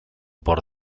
por